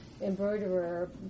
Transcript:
embroiderer